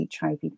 HIV